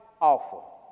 awful